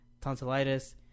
tonsillitis